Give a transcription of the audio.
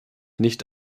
nicht